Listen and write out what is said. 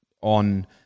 on